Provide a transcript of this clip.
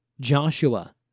Joshua